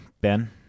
Ben